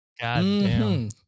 Goddamn